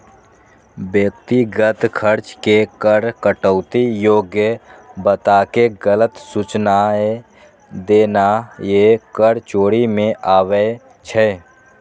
व्यक्तिगत खर्च के कर कटौती योग्य बताके गलत सूचनाय देनाय कर चोरी मे आबै छै